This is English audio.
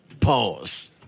Pause